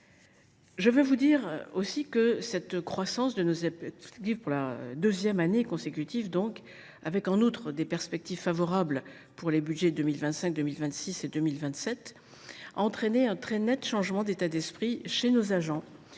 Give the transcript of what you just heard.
à l’étranger. Cette croissance des effectifs, pour la seconde année consécutive et avec en outre des perspectives favorables pour les budgets 2025, 2026 et 2027, a entraîné un très net changement d’état d’esprit chez nos agents.